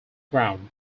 ground